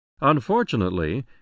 Unfortunately